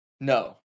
No